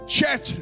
Chat